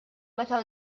meta